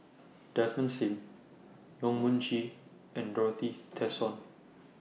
Desmond SIM Yong Mun Chee and Dorothy Tessensohn